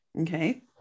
okay